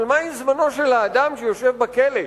אבל מה עם זמנו של האדם שיושב בכלא?